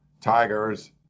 Tigers